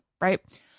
right